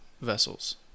vessels